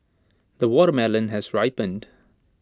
the watermelon has ripened